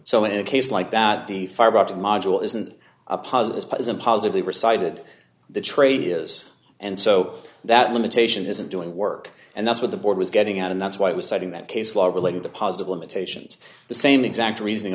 so in a case like that the fiber optic module isn't a positive but is a positively recited the trade is and so that limitation isn't doing work and that's what the board was getting at and that's why it was citing that case law relating to positive limitations the same exact reason